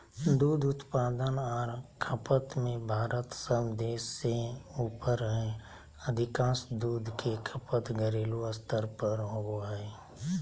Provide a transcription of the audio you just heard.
दूध उत्पादन आर खपत में भारत सब देश से ऊपर हई अधिकांश दूध के खपत घरेलू स्तर पर होवई हई